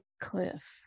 cliff